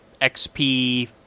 XP